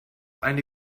eine